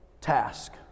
task